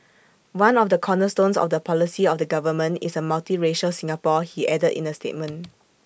one of the cornerstones of the policy of the government is A multiracial Singapore he added in A statement